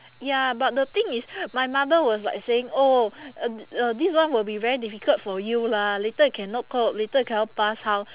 ya but the thing is my mother was like saying oh uh uh this one will be very difficult for you lah later you cannot cope later you cannot pass how